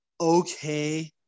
okay